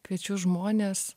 kviečiu žmones